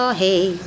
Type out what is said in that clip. hey